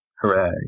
Hooray